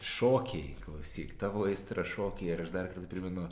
šokiai klausyk tavo aistra šokiai ir aš dar kartą primenu